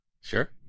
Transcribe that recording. Sure